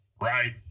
right